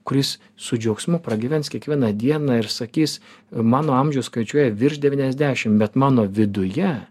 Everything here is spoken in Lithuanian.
kuris su džiaugsmu pragyvens kiekvieną dieną ir sakys mano amžius skaičiuoja virš devyniasdešim bet mano viduje